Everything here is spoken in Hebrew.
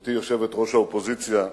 גברתי יושבת-ראש האופוזיציה,